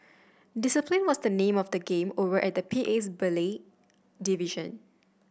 discipline was the name of the game over at the P A's ballet division